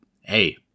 hey